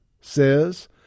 says